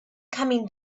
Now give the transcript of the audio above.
coming